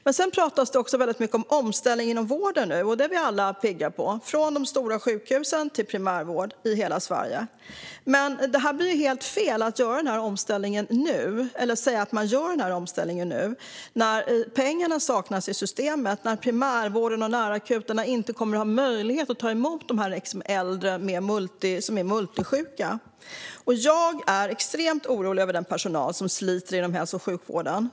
Nu pratas det mycket om omställning inom vården, från de stora sjukhusen till primärvård, i hela Sverige. Detta är vi alla pigga på. Men det blir helt fel att säga att man ska göra denna omställning nu när pengarna saknas i systemet, när primärvården och närakuterna inte kommer att ha möjlighet att ta emot äldre som är multisjuka. Jag är extremt orolig över den personal som sliter inom hälso och sjukvården.